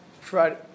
Friday